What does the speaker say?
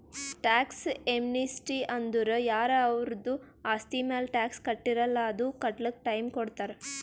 tax amnesty ಅಂದುರ್ ಯಾರ ಅವರ್ದು ಆಸ್ತಿ ಮ್ಯಾಲ ಟ್ಯಾಕ್ಸ್ ಕಟ್ಟಿರಲ್ಲ್ ಅದು ಕಟ್ಲಕ್ ಟೈಮ್ ಕೊಡ್ತಾರ್